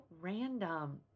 random